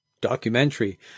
documentary